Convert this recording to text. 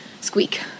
squeak